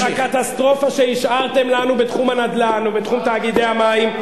בקטסטרופה שהשארתם לנו בתחום הנדל"ן ובתחום תאגידי המים,